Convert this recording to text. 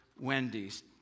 Wendy's